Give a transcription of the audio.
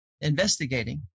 investigating